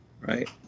right